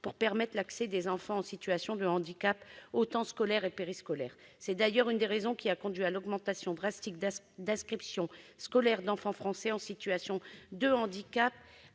pour permettre l'accès des enfants en situation de handicap aux temps scolaires et périscolaires. C'est d'ailleurs l'une des raisons qui ont conduit à l'augmentation drastique des inscriptions scolaires d'enfants français en situation de handicap